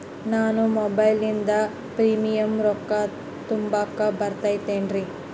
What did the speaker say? ನಾನು ಮೊಬೈಲಿನಿಂದ್ ಪ್ರೇಮಿಯಂ ರೊಕ್ಕಾ ತುಂಬಾಕ್ ಬರತೈತೇನ್ರೇ?